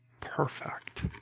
perfect